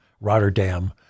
Rotterdam